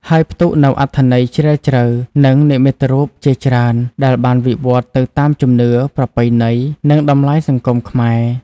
ហើយផ្ទុកនូវអត្ថន័យជ្រាលជ្រៅ និងនិមិត្តរូបជាច្រើន ដែលបានវិវត្តន៍ទៅតាមជំនឿ ប្រពៃណី និងតម្លៃសង្គមខ្មែរ។